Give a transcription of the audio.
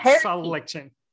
selection